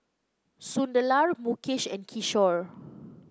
Sunderlal Mukesh and Kishore